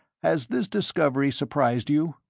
has this discovery surprised you?